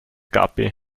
guppy